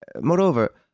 Moreover